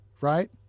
right